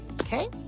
okay